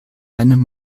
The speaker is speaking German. einem